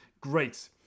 Great